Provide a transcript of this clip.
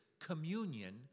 communion